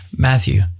Matthew